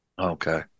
Okay